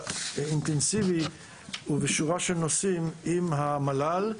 אינטנסיבי ובשורה של נושאים עם המל"ל,